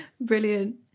Brilliant